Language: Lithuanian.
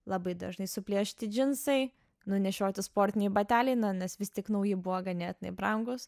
labai dažnai suplėšyti džinsai nunešioti sportiniai bateliai na nes vis tik nauji buvo ganėtinai brangūs